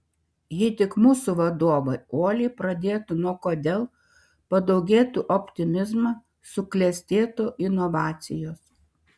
jei tik mūsų vadovai uoliai pradėtų nuo kodėl padaugėtų optimizmo suklestėtų inovacijos